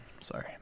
Sorry